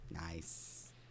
Nice